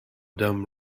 dumb